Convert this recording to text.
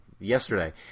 yesterday